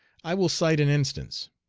i will cite an instance.